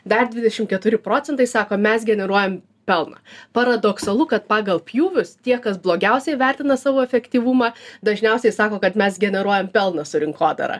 dar dvidešim keturi procentai sako mes generuojam pelną paradoksalu kad pagal pjūvius tie kas blogiausiai vertina savo efektyvumą dažniausiai sako kad mes generuojam pelną su rinkodara